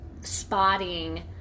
spotting